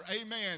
amen